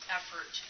effort